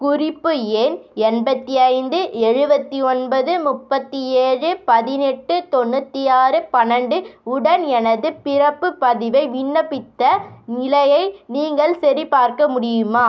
குறிப்பு எண் எண்பத்தி ஐந்து எழுபத்தி ஒன்பது முப்பத்தி ஏழு பதினெட்டு தொண்ணூற்றி ஆறு பன்னெண்டு உடன் எனது பிறப்பு பதிவை விண்ணப்பித்த நிலையை நீங்கள் சரிபார்க்க முடியுமா